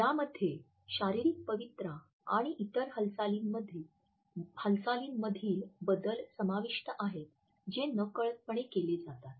यामध्ये शारीरिक पवित्रा आणि इतर हालचालींमधील बदल समाविष्ट आहेत जे नकळतपणे केले जातात